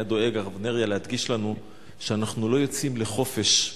דואג הרב נריה להדגיש לנו שאנחנו לא יוצאים לחופש,